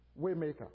Waymaker